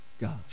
God